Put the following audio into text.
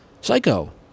psycho